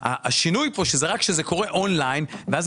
השינוי כאן שזה רק כשזה קורה און-ליין ואז